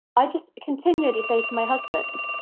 i just continually say to my husband,